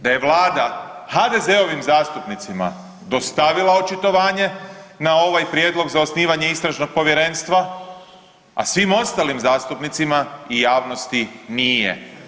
Da je Vlada HDZ-ovim zastupnicima dostavila očitovanje na ovaj prijedlog za osnivanje istražnog povjerenstva, a svim ostalim zastupnicima i javnosti nije.